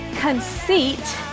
conceit